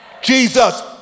Jesus